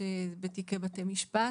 כשהן בתיקי בתי משפט.